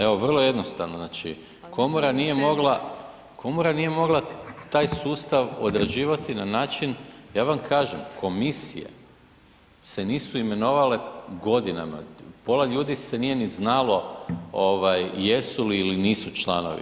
Evo, vrlo jednostavno, komora nije mogla, komora nije mogla taj sustav odrađivati na način, ja vam kažem, komisije se nisu imenovale godinama, pola ljudi se nije ni znalo jesu li ili nisu članovo.